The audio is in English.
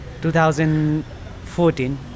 2014